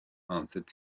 answered